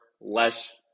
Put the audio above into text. less